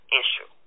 issue